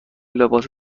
لباس